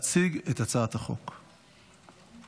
הצעת חוק הגנת הצרכן (תיקון